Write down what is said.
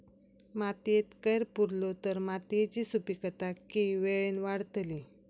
मातयेत कैर पुरलो तर मातयेची सुपीकता की वेळेन वाडतली?